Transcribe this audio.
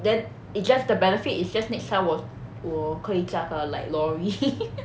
then it just~ the benefit is just need time 我我可以驾个 like lorry